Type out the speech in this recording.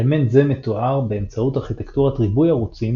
אלמנט זה מתואר באמצעות ארכיטקטורת ריבוי-ערוצים